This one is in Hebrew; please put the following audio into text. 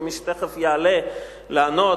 כמי שתיכף יעלה לענות,